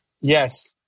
Yes